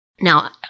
Now